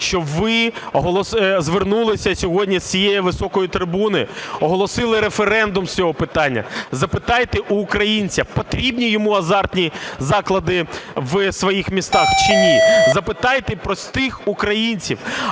щоб ви звернулися сьогодні з цієї високої трибуни, оголосили референдум з цього питання. Запитайте у українця – потрібні йому азартні заклади в своїх містах чи ні? Запитайте простих українців.